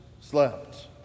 slept